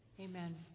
Amen